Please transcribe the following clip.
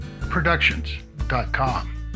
Productions.com